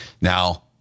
Now